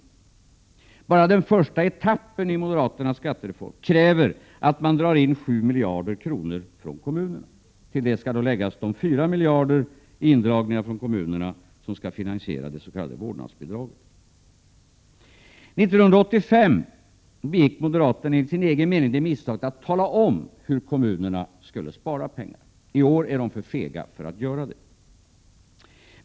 Enbart den första etappen i moderaternas skattereform förutsätter att man drar in 7 miljarder kronor från kommunerna. Till det skall läggas de 4 miljarder i indragningar från kommunerna som skall finansiera det s.k. vårdnadsbidraget. År 1985 begick moderaterna enligt sin egen mening det misstaget att tala om hur kommunerna skulle spara pengar. I år är de för fega för att göra det.